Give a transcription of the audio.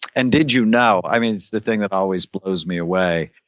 and did you know? i mean the thing that always blows me away,